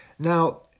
Now